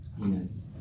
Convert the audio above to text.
amen